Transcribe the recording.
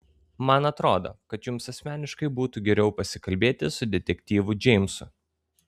man atrodo kad jums būtų geriau asmeniškai pasikalbėti su detektyvu džeimsu